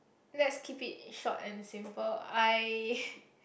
let's keep it short and simple I